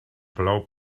plou